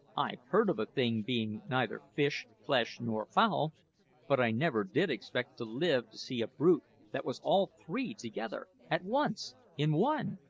i've heard of a thing being neither fish, flesh, nor fowl but i never did expect to live to see a brute that was all three together at once in one!